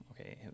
okay